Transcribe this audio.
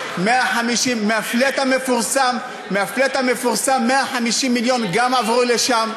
150 מיליון מה-flat המפורסם גם עברו לשם,